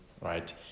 Right